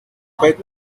après